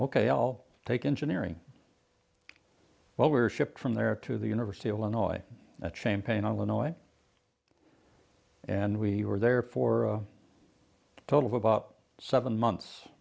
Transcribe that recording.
ok i'll take engineering but we're shipped from there to the university of illinois at champaign illinois and we were there for a total of about seven months